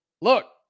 look